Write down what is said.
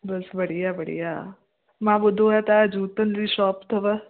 बसि बढ़िया बढ़िया मां ॿुधो आहे तव्हां जूतनि जी शॉप अथव